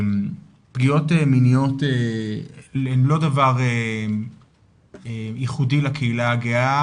פגיעות מיניות הן לא דבר ייחודי לקהילה הגאה,